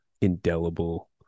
indelible